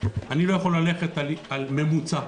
אני לא יכול ללכת על ממוצע,